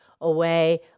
away